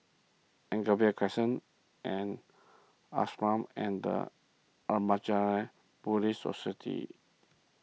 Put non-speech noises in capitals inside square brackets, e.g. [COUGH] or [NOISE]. Anchorvale Crescent and Ashram and the [UNINTELLIGIBLE] Buddhist Society